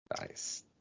Nice